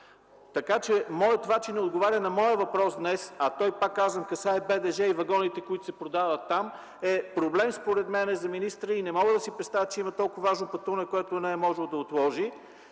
няма! Това, че не отговаря на моя въпрос днес, а той, пак казвам, касае БДЖ и вагоните, които се продават там, е проблем, според мен, за министъра и не мога да си представя, че има толкова важно пътуване, което не е могъл да отложи.